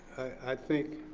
i think